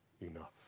enough